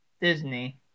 Disney